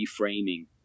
reframing